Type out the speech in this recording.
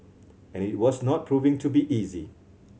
and it was not proving to be easy